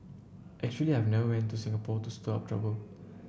actually I never went to Singapore to stir up trouble